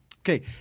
Okay